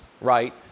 right